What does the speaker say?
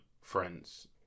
friends